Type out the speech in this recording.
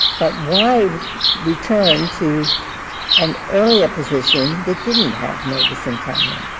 but why return to an earlier position that didn't have notice and comment?